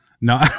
No